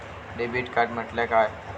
Debit card म्हटल्या काय?